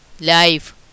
life